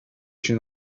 się